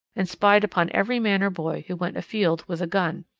and spied upon every man or boy who went afield with a gun.